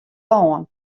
lân